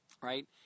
right